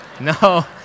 No